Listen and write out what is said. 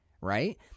right